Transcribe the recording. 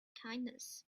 kindness